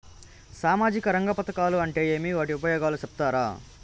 సామాజిక రంగ పథకాలు అంటే ఏమి? వాటి ఉపయోగాలు సెప్తారా?